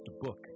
book